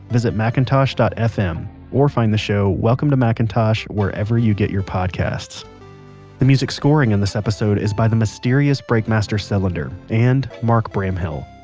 visit macintosh fm or find the show, welcome to macintosh, wherever you get your podcasts the music scoring in this episode is by the mysterious breakmaster cylinder and mark bramhill.